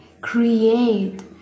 create